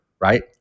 right